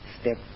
step